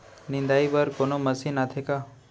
निंदाई बर कोनो मशीन आथे का?